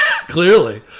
Clearly